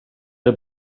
det